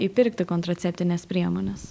įpirkti kontraceptines priemones